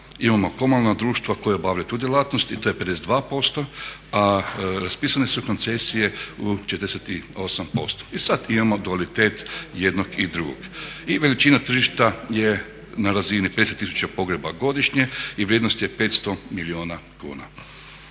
imamo komunalna društva koja obavljaju tu djelatnost i to je 52%, a raspisane su koncesije u 48%. I sad imamo dualitet jednog i drugog. I veličina tržišta je na razini 50 000 pogreba godišnje i vrijednost je 500 milijuna kuna.